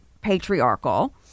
patriarchal